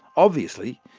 obviously,